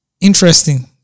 Interesting